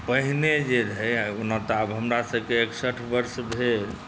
पहिने जे रहै ओना तऽ आब हमरासभकेँ एकसठि वर्ष भेल